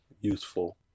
useful